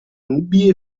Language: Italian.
nubi